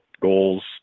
goals